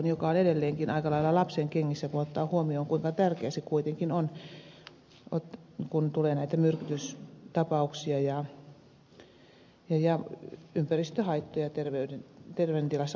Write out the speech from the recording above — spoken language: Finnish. se on edelleenkin aika lailla lapsenkengissä kun ottaa huomioon kuinka tärkeä se kuitenkin on kun tulee näitä myrkytystapauksia ja terveydentilaan vaikuttavia ympäristöhaittoja kuten homekoulut kosteusvauriot ja niin edelleen